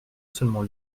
seulement